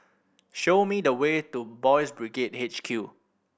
show me the way to Boys' Brigade H Q